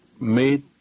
made